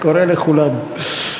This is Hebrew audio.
קורה לכולנו.